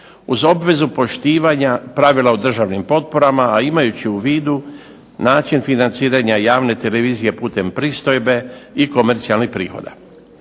uz obvezu poštivanja pravila u državnim potporama, a imajući u vidu način financiranja javne televizije putem pristojbe, i komercijalnih prihoda.